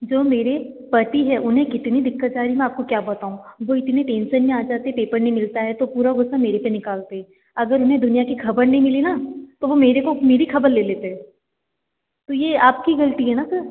जो मेरे पति है उन्हें कितनी दिक्कत आ रही मैं आपको क्या बताऊँ वो इतनी टेंसन में आ जाते पेपर नहीं मिलता है तो पूरा गुस्सा मेरे पर निकालते हैं अगर उन्हें दुनिया की खबर नहीं मिली न तो वो मेरे को मेरी खबर ले लेते है तो ये आपकी गलती है न सर